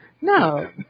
No